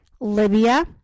Libya